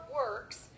works